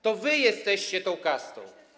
To wy jesteście tą kastą.